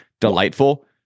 delightful